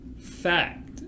fact